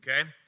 okay